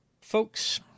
Folks